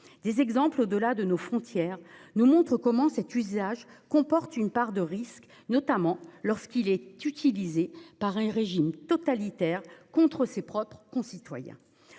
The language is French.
Des exemples au-delà de nos frontières nous montrent comment cet usage comporte une part de risque, notamment lorsqu'il est utilisé par un régime totalitaire contre ses propres citoyens.